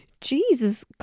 Jesus